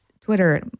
Twitter